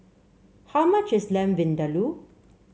how much is Lamb Vindaloo